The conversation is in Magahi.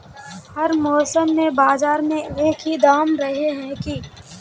हर मौसम में बाजार में एक ही दाम रहे है की?